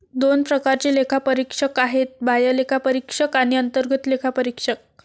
दोन प्रकारचे लेखापरीक्षक आहेत, बाह्य लेखापरीक्षक आणि अंतर्गत लेखापरीक्षक